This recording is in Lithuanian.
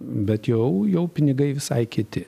bet jau jau pinigai visai kiti